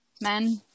Men